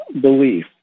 belief